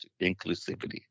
inclusivity